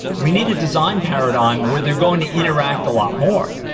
we need a design paradigm where they're going to interact a lot more,